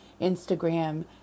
Instagram